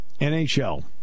NHL